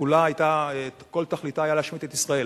שכל תכליתה היתה להשמיץ את ישראל,